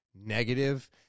negative